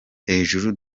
hejuru